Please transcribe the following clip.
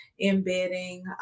embedding